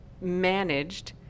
managed